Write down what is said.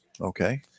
Okay